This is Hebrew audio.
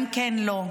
גם כן לא.